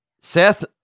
Seth